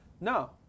No